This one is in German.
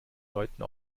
deuten